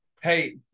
Hey